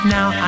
Now